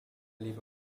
liebe